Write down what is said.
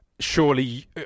Surely